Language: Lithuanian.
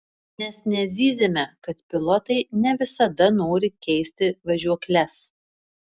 mes nezyziame kad pilotai ne visada nori keisti važiuokles